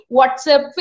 WhatsApp